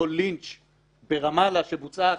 תתאפק,